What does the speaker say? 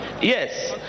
Yes